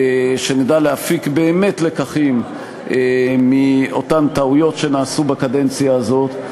שנדע להפיק באמת לקחים מאותן טעויות שנעשו בקדנציה הזאת.